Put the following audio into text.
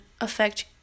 affect